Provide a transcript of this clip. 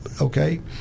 okay